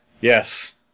Yes